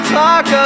talk